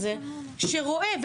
למשל, סוג של משלט שרואה.